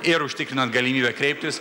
ir užtikrinant galimybę kreiptis